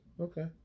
Okay